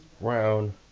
Brown